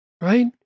right